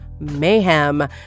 Mayhem